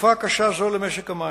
בתקופה קשה זו למשק המים,